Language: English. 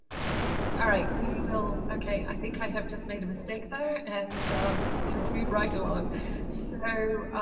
ah right we will okay i think i have just made a mistake there and we will just move right along so